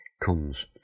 comes